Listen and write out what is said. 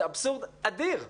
זה אבסורד אדיר.